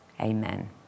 Amen